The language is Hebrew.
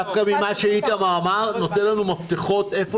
דווקא ממה שאיתמר אמר נותן לנו מפתחות איפה